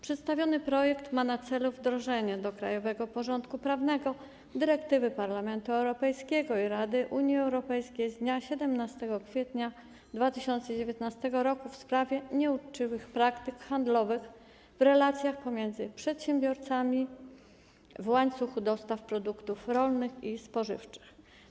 Przedstawiony projekt ma na celu wdrożenie do krajowego porządku prawnego dyrektywy Parlamentu Europejskiego i Rady (UE) z dnia 17 kwietnia 2019 r. w sprawie nieuczciwych praktyk handlowych w relacjach między przedsiębiorcami w łańcuchu dostaw produktów rolnych i spożywczych.